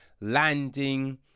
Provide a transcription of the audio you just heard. landing